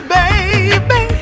baby